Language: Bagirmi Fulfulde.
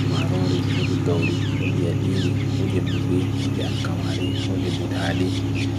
Di marori wo di gauri, wo di adiri, wo di muri, wo di alkamari, wo di budhali.